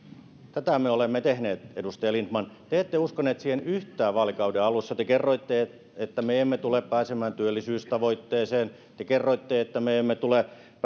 tätä me olemme tehneet edustaja lindtman te ette uskoneet siihen yhtään vaalikauden alussa te kerroitte että me emme tule pääsemään työllisyystavoitteeseen ja te kerroitte että me emme tule